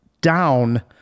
down